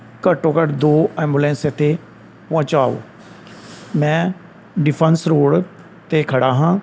ਘੱਟੋ ਘੱਟ ਦੋ ਐਬੂਲੈਂਸ ਇੱਥੇ ਪਹੁੰਚਾਓ ਮੈਂ ਡਿਫੈਂਸ ਰੋਡ 'ਤੇ ਖੜ੍ਹਾ ਹਾਂ